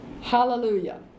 Hallelujah